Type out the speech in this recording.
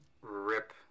rip